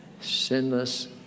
Sinless